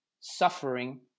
suffering